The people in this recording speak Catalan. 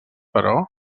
però